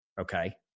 okay